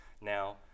Now